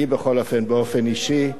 אני, בכל אופן, באופן אישי,